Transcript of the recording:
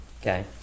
Okay